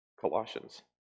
Colossians